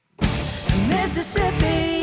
Mississippi